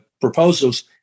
proposals